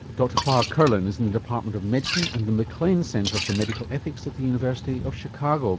dr farr curlin is in the department of medicine and the mclean centre for medical ethics at the university of chicago.